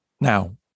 Now